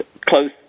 close